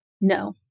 No